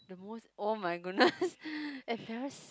the most oh-my-goodness embarrass